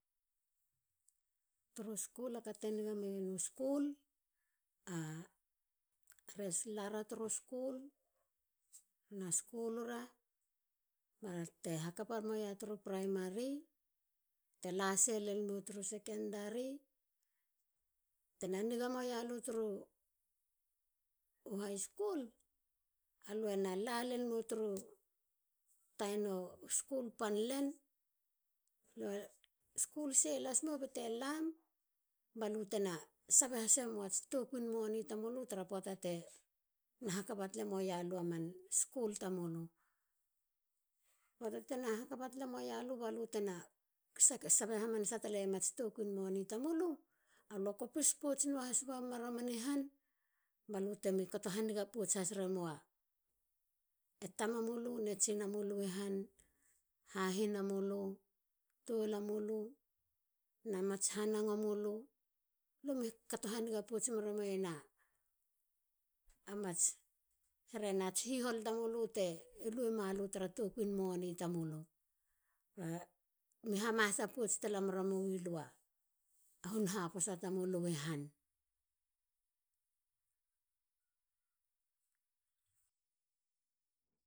Turu skul a ka te niga meyenu skul. ah re lara turu skul. na skulira bara te hakapa roiya turu primary. bate lasemo turu secondary. tena niga moiya lu turu high school lue na la len mo turu tanu school pan len. lue skul seh las mo bate lam balu tena sebe hase mua tokwi moni tamulu tara poata te hakapa tala moia lu man skul tamulu. balu te sebe tale mua tokui moni tamulu. alue kopis noa has wamo romani han balutemi kato haniga potsemua tama mulu na tsina mulu. tolam. hahinamulu na mats hana mulu. lu me kata hanigamera mui alu ats hihol tamulu tra takuin moni tamulu te likot meremi lu a hunha posa tamulu i han